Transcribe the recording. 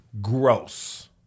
Gross